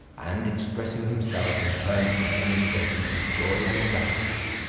and expressing himself in terms that demonstrated his joy and gratitude,